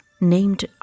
named